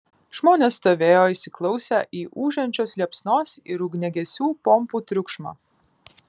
žmonės stovėjo įsiklausę į ūžiančios liepsnos ir ugniagesių pompų triukšmą